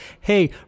hey